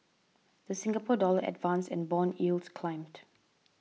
the Singapore Dollar advanced and bond yields climbed